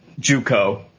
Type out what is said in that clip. JUCO